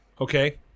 Okay